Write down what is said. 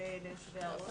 וליושבי הראש.